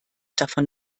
davon